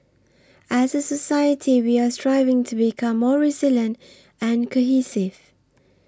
as a society we are striving to become more resilient and cohesive